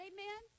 Amen